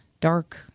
dark